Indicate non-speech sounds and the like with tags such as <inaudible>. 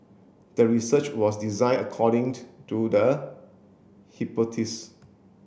the research was designed according to the <unintelligible>